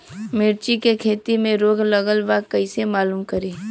मिर्ची के खेती में रोग लगल बा कईसे मालूम करि?